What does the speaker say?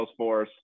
Salesforce